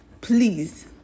please